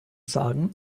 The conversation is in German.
sagen